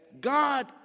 God